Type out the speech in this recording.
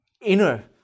inner